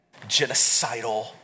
genocidal